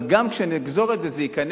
אבל גם כשנגזור את זה, זה ייכנס